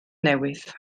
newydd